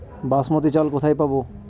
বাসমতী চাল কোথায় পাবো?